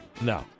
No